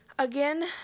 Again